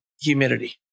humidity